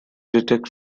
detect